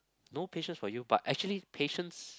no patience for you but actually patience